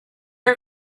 are